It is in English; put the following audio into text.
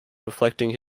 reflecting